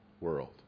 world